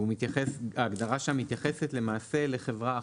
וההגדרה שם מתייחסת למעשה לחברה אחת.